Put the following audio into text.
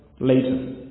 later